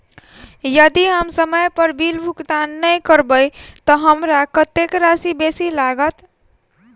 यदि हम समय पर बिल भुगतान नै करबै तऽ हमरा कत्तेक राशि बेसी लागत?